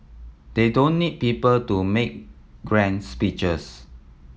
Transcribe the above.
they don't need people to make grand speeches